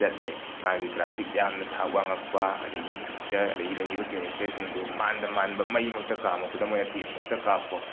ꯆꯠꯂꯦ ꯃꯥꯒꯤ ꯒ꯭ꯔꯥꯐꯤꯛ ꯌꯥꯝꯅ ꯊꯥꯛ ꯋꯥꯡꯉꯛꯄ ꯑꯗꯒꯤ ꯄꯤꯛꯆꯔ ꯑꯗꯒꯤ ꯂꯩꯔꯤꯕ ꯀꯦꯔꯦꯛꯇꯔꯁꯤꯡꯗꯨ ꯃꯥꯟꯗ ꯃꯥꯟꯕ ꯃꯩ ꯃꯛꯇ ꯀꯥꯝꯃꯣ ꯈꯨꯗꯝ ꯑꯣꯏꯅ ꯇꯦꯟꯃꯛꯇ ꯀꯥꯞꯄꯣ